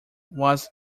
was